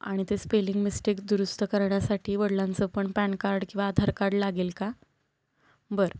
आणि ते spelling mistake दुरुस्त करण्यासाठी वडिलांचं पण पॅन कार्ड किंवा आधार कार्ड लागेल का बरं